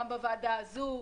גם בוועדה הזו.